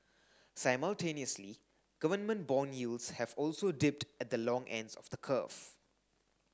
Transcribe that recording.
simultaneously government bond yields have also dipped at the long ends of the curve